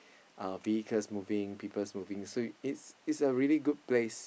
uh vehicles moving people smoking so it's it's a really good place